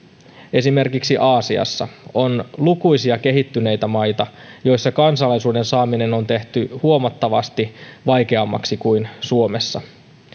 esimerkiksi aasiassa on lukuisia kehittyneitä maita joissa kansalaisuuden saaminen on tehty huomattavasti vaikeammaksi kuin suomessa